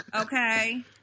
okay